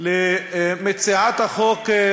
למציעת החוק,